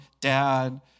dad